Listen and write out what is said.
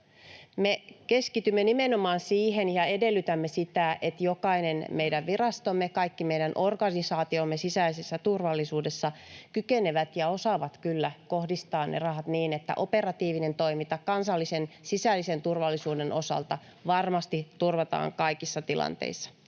Me keskitymme nimenomaan siihen ja edellytämme sitä, että jokainen meidän virastomme ja kaikki meidän organisaatiomme sisäisessä turvallisuudessa kykenevät ja osaavat kyllä kohdistaa ne rahat niin, että operatiivinen toiminta kansallisen sisäisen turvallisuuden osalta varmasti turvataan kaikissa tilanteissa.